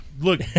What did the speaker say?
Look